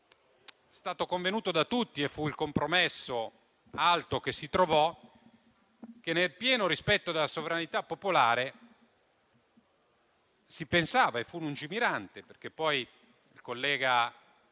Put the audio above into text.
stato poi convenuto da tutti e fu il compromesso alto che si trovò che, nel pieno rispetto della sovranità popolare, si pensò e fu lungimirante. Il collega,